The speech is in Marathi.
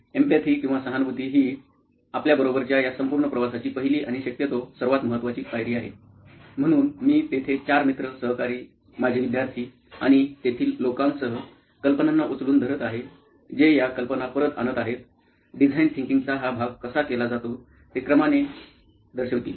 एम्पॅथी किंवा सहानुभूती ही आपल्या बरोबरच्या या संपूर्ण प्रवासाची पहिली आणि शक्यतो सर्वात महत्वाची पायरी आहे म्हणून मी तेथे चार मित्र सहकारी माजी विद्यार्थी आणि तेथील लोकांसह कल्पनांना उचलून धरत आहे जे या कल्पना परत आणत आहेत डिझाइन थिंकिंगचा हा भाग कसा केला जातो ते क्रमाने ते दर्शवितील